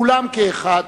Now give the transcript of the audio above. כולם כאחד,